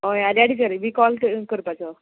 हय आर्या टिचरीक बी कॉल कर करपाचो